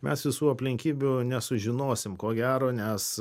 mes visų aplinkybių nesužinosim ko gero nes